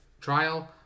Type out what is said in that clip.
trial